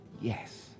yes